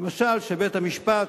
למשל כשבית-המשפט